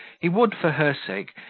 he would, for her sake,